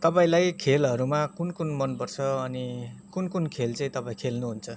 तपाईँलाई खेलहरूमा कुन कुन मन पर्छ अनि कुन कुन खेल चाहिँ तपाईँ खेल्नुहुन्छ